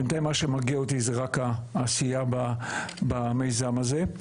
מה שמרגיע אותי בינתיים זה רק העשייה במיזם הזה.